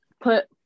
put